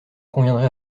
conviendrez